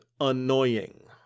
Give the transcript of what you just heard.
annoying